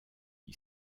qui